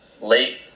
late